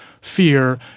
fear